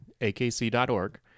AKC.org